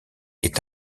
est